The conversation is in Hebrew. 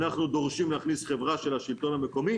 אנחנו דורשים להכניס חברה של השלטון המקומי,